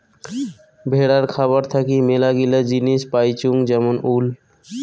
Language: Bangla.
ভেড়ার খাবার থাকি মেলাগিলা জিনিস পাইচুঙ যেমন উল